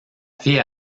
fille